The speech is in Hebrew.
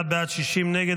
51 בעד, 60 נגד.